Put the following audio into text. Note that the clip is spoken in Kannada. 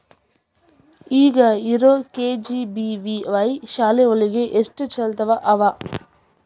ಈಗ ಇರೋ ಕೆ.ಜಿ.ಬಿ.ವಿ.ವಾಯ್ ಶಾಲೆ ಒಳಗ ಎಷ್ಟ ಚಾಲ್ತಿ ಅವ?